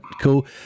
cool